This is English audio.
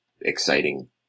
exciting